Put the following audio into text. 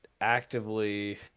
actively